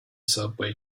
subway